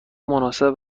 مناسب